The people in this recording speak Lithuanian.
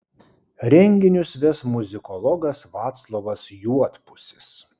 renginius ves muzikologas vaclovas juodpusis